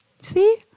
See